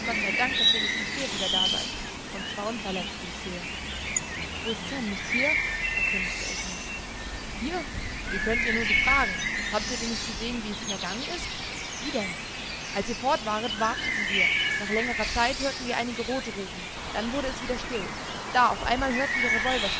gott sei dank daß wenigstens ihr wieder da seid und zwar unverletzt wie ich sehe wo ist sam nicht hier erkundigte ich mich hier wie könnt ihr nur so fragen habt ihr denn nicht gesehen wie es ihm ergangen ist wie denn als ihr fort waret warteten wir nach längerer zeit hörten wir einige rote rufen dann wurde es wieder still da auf einmal hörten wir